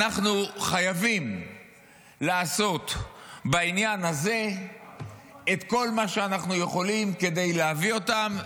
אנחנו חייבים לעשות בעניין הזה את כל מה שאנחנו יכולים כדי להביא אותם.